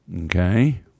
Okay